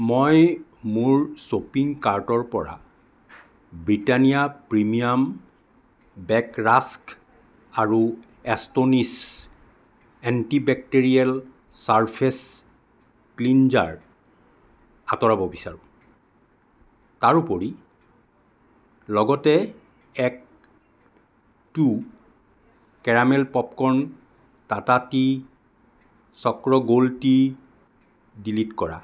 মই মোৰ শ্বপিং কাৰ্টৰ পৰা ব্ৰিটানিয়া প্ৰিমিয়াম বেক ৰাস্ক আৰু এস্টোনিছ এন্টিবেক্টেৰিয়েল ছাৰ্ফেচ ক্লিনজাৰ আঁতৰাব বিচাৰোঁ তাৰোপৰি লগতে act two caramel popcorn Tata tea Chakra gold tea delete কৰা